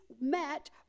met